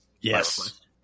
Yes